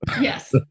Yes